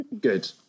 Good